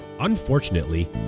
Unfortunately